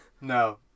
No